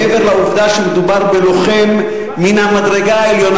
מעבר לעובדה שמדובר בלוחם מן המדרגה העליונה.